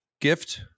gift